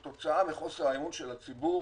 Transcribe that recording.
כתוצאה מחוסר האמון של הציבור